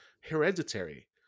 Hereditary